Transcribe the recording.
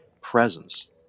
presence